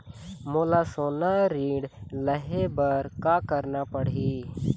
मोला सोना ऋण लहे बर का करना पड़ही?